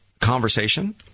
conversation